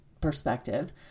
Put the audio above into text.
perspective